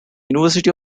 university